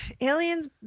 Aliens